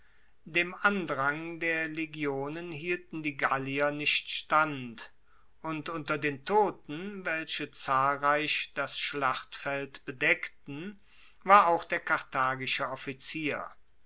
dem andrang der legionen hielten die gallier nicht stand und unter den toten welche zahlreich das schlachtfeld bedeckten war auch der karthagische offizier